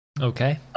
Okay